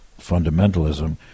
fundamentalism